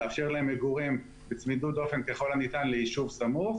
לאפשר להן מגורים בצמידות דופן ככל הניתן ליישוב סמוך,